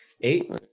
Eight